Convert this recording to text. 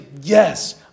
Yes